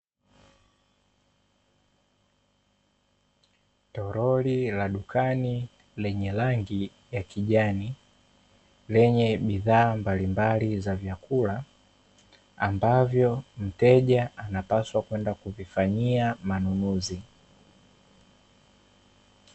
Toroli la dukani lenye rangi ya kijani lenye bidhaa mbalimbali za vyakula, ambavyo mteja anapaswa kwenda kuvifanyia manunuzi.